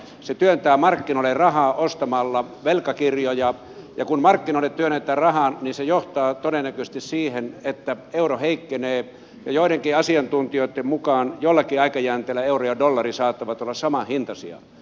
se työntää markkinoille rahaa ostamalla velkakirjoja ja kun markkinoille työnnetään rahaa niin se johtaa todennäköisesti siihen että euro heikkenee ja joidenkin asiantuntijoitten mukaan jollakin aikajänteellä euro ja dollari saattavat olla samanhintaisia